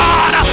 God